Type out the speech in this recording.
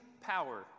power